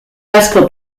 asko